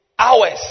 hours